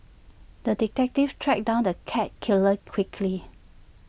the detective tracked down the cat killer quickly